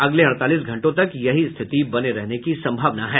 अगले अड़तालीस घंटों तक यही स्थिति बने रहने की संभावना है